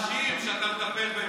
גם האנשים שאתה מטפל בהם,